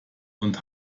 und